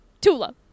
Tula